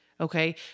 Okay